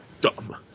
dumb